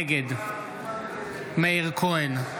נגד מאיר כהן,